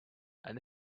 and